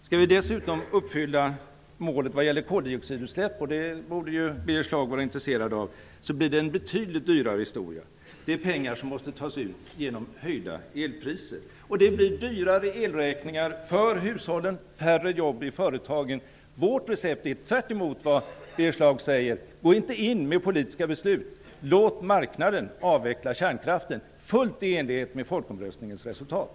Skall vi dessutom uppfylla målet vad gäller koldioxidutsläpp - det borde Birger Schlaug vara intresserad av - blir det en betydligt dyrare historia. Det är pengar som måste tas ut genom höjda elpriser. Det blir dyrare elräkningar för hushållen, färre jobb i företagen. Vårt recept är, tvärtemot vad Birger Schlaug säger: Gå inte in med politiska beslut, låt marknaden avveckla kärnkraften, fullt i enlighet med folkomröstningens resultat.